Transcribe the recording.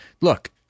look